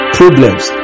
problems